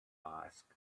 asked